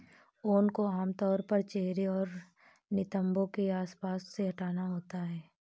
ऊन को आमतौर पर चेहरे और नितंबों के आसपास से हटाना होता है